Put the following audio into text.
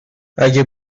اگه